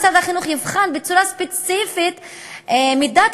משרד החינוך יבחן בצורה ספציפית את מידת